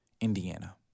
Indiana